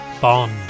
Bond